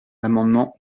l’amendement